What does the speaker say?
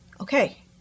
Okay